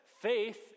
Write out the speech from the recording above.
faith